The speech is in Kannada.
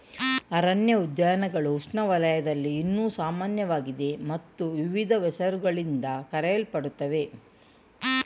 ಅರಣ್ಯ ಉದ್ಯಾನಗಳು ಉಷ್ಣವಲಯದಲ್ಲಿ ಇನ್ನೂ ಸಾಮಾನ್ಯವಾಗಿದೆ ಮತ್ತು ವಿವಿಧ ಹೆಸರುಗಳಿಂದ ಕರೆಯಲ್ಪಡುತ್ತವೆ